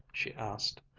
she asked.